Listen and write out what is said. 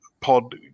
pod